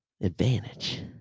advantage